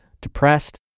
depressed